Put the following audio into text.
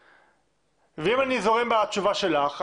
ואם אני זורם בתשובה שלך,